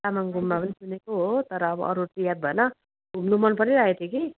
तामाङ गुम्बा पनि सुनेको हो तर अब अरू चाहिँ याद भएन घुम्नु मन परिराखेको थियो कि